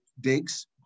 digs